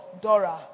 Dora